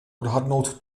odhadnout